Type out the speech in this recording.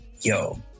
Yo